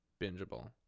bingeable